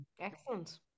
Excellent